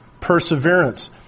perseverance